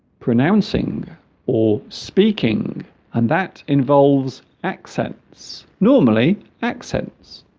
pronouncing or speaking and that involves accents normally accents